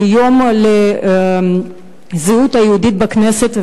זה יום הזהות היהודית בכנסת,